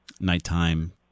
nighttime